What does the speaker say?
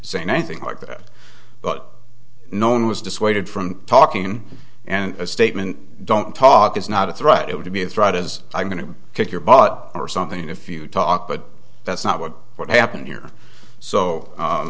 saying anything like that but no one was dissuaded from talking and a statement don't talk is not a threat it would be a threat is i'm going to kick your butt or something if you talk but that's not what would happen here so